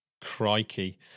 Crikey